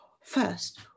First